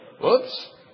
Whoops